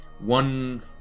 one